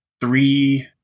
three